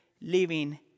living